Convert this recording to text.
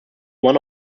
one